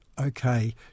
okay